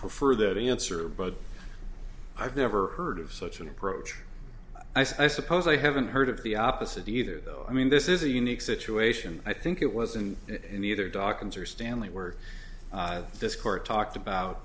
prefer that answer but i've never heard of such an approach i suppose i haven't heard of the opposite either though i mean this is a unique situation i think it wasn't in either dawkins or stanley where this court talked about